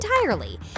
entirely